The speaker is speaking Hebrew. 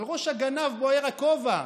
על ראש הגנב בוער הכובע.